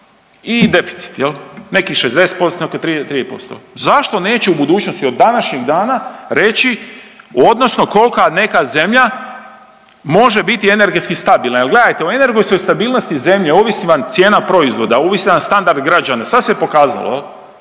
i deficit. Neki 60%, neki 3%, zašto neće u budućnosti, od današnjeg dana reći odnosno koliko neka zemlja može biti energetski stabilna? Jer gledajte, u energetskoj stabilnosti zemlje ovisi vam cijena proizvoda, ovisi vam standard građana, sad se pokazalo. Šta